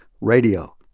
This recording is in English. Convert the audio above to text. radio